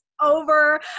over